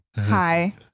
Hi